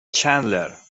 چندلر